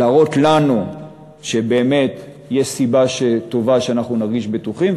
להראות לנו שבאמת יש סיבה טובה שאנחנו נרגיש בטוחים,